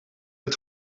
het